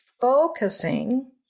focusing